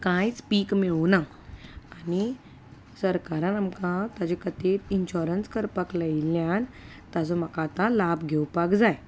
कांयच पीक मेळूंक ना आनी सरकारान आमकां ताचे खातीर इन्शॉरंस करपाक लायिल्ल्यान ताचो म्हाका आतां लाव घेवपाक जाय